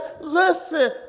listen